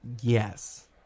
yes